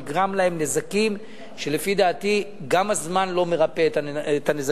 נגרמו להם נזקים שלפי דעתי גם הזמן לא מרפא אותם.